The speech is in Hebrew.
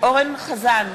אורן אסף חזן,